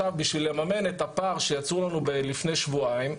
בשביל לממן את הפער שיצרו לנו לפני שבועיים,